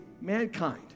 mankind